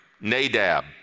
Nadab